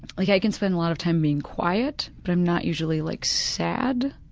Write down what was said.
like i can spend a lot of time being quiet but i'm not usually like sad